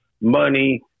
money